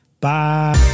Bye